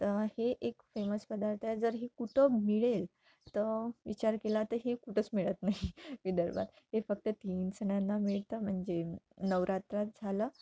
तर हे एक फेमस पदार्थ आहे जर हे कुठं मिळेल तर विचार केला तर हे कुठंच मिळत नाही विदर्भात हे फक्त तीन सणांना मिळतं म्हणजे नवरात्रीत झालं